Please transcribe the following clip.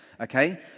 okay